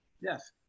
Yes